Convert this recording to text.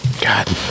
god